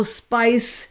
spice